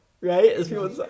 Right